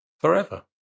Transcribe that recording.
forever